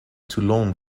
toulon